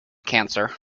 cancer